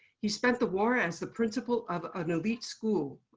he spent the war as the principal of an elite school,